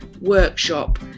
workshop